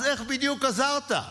אז איך בדיוק עזרת?